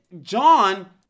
john